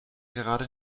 gerade